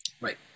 right